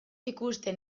ikusten